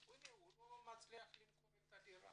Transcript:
והוא לא מצליח למכור את הדירה,